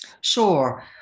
Sure